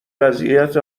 وضعیت